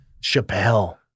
Chappelle